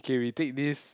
K we take this